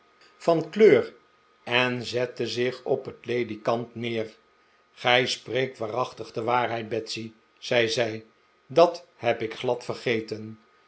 van kleur en zette zich op het ledikant neer gij spreekt waarachtig de waarheid betsy zei zij dat heb ik glad vergeten